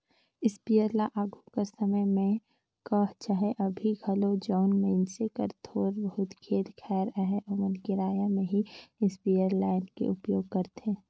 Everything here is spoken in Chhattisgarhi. इस्पेयर ल आघु कर समे में कह चहे अभीं घलो जउन मइनसे जग थोर बहुत खेत खाएर अहे ओमन किराया में ही इस्परे लाएन के उपयोग करथे